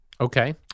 Okay